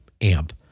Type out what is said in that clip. amp